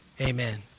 amen